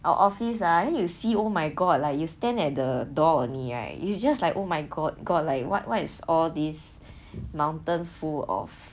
our office ah then you see oh my god like you stand at the door only right you just like oh my god like what what is all this mountain full of